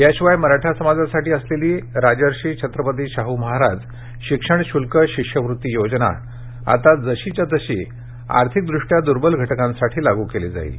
याशिवाय मराठा समाजासाठी असलेली राजर्षी छत्रपती शाहू महाराज शिक्षण शुल्क शिष्यवृत्ती योजना आता जशीच्या तशी आर्थिकदृष्टया द्र्बल घटकांसाठी लागू केली जाईल